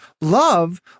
love